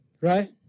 Right